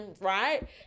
right